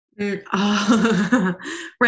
right